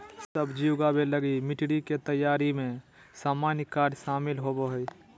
सब्जी उगाबे लगी मिटटी के तैयारी में सामान्य कार्य शामिल होबो हइ